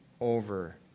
over